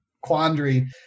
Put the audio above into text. quandary